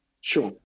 Sure